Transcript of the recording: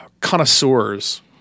connoisseurs